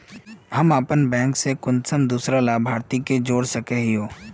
हम अपन बैंक से कुंसम दूसरा लाभारती के जोड़ सके हिय?